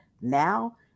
now